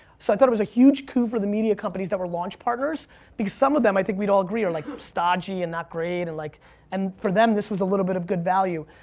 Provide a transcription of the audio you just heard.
so i thought it was a huge coup for the media companies that were launch partners because some of them i think we'd all agree are like stodgy and not great, and like and for them this was a little bit of good value.